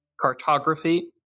Cartography